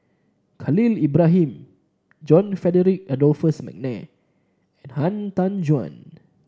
Khalil Ibrahim John Frederick Adolphus McNair and Han Tan Juan